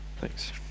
Thanks